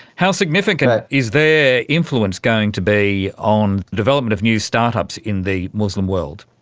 how significant is their influence going to be on the development of new start-ups in the muslim world?